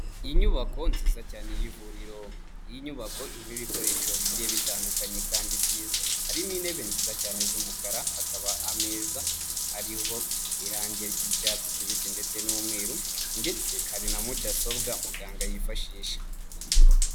Inyubako nziza cyane y'ivuriro, iyi nyubako irimo ibikoresho bigiye bitandukanye kandi byiza, harimo intebe nziza cyane z'umukara, hakaba ameza ariho irangi ry'icyatsi kibisi ndetse n'umweru ndetse hari na mudasobwa muganga yifashisha.